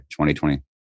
2020